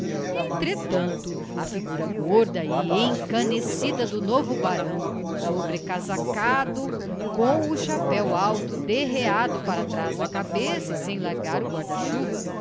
entretanto a figura gorda e encanecida do novo barão sobre casacado com o chapéu alto derreado para trás na cabeça e sem largar o guarda-chuva